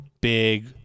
big